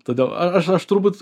todėl aš aš turbūt